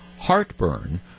heartburn